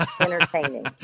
entertaining